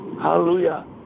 hallelujah